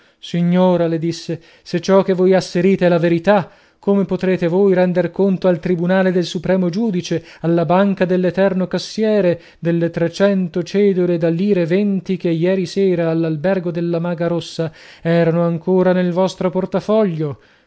signora le disse se ciò che voi asserite è la verità come potrete voi render conto al tribunale del supremo giudice alla banca dell'eterno cassiere delle trecento cedole da lire venti che ieri sera all'albergo della maga rossa erano ancora nel vostro portafoglio